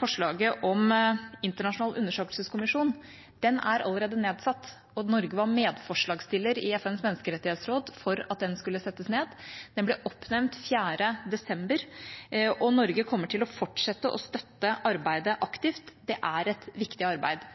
forslaget om en internasjonal undersøkelseskommisjon. Den er allerede nedsatt, og Norge var medforslagsstiller i FNs menneskerettighetsråd om at den skulle settes ned. Den ble oppnevnt 4. desember, og Norge kommer til å fortsette å støtte arbeidet aktivt. Det er et viktig arbeid.